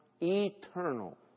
eternal